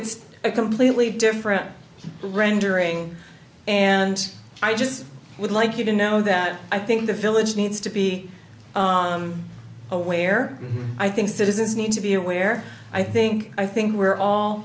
it's a completely different rendering and i just would like you to know that i think the village needs to be aware i think citizens need to be aware i think i think we're all